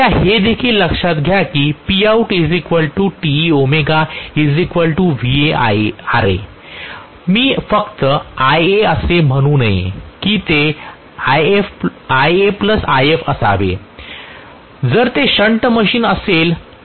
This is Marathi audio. कृपया हे देखील लक्षात घ्या की PoutTe ωVaRa मी फक्त Ia असे म्हणू नये की ते Ia If असावे जर ते शंट मशीन असेल